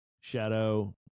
Shadow